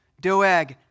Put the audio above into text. Doeg